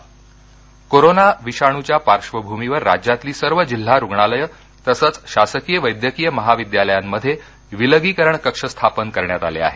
corona corona विषाणूच्या पार्श्वभूमीवर राज्यातली सर्व जिल्हारुग्णालयं तसंच शासकीय वैद्यकीय महाविद्यालयांमध्ये विलगीकरण कक्ष स्थापन करण्यात आले आहेत